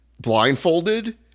blindfolded